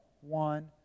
one